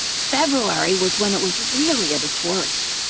february was when it was really at its worst.